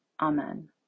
Amen